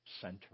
center